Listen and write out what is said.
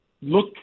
look